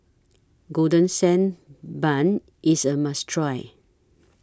Golden Sand Bun IS A must Try